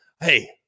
Hey